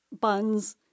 buns